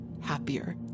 happier